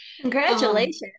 Congratulations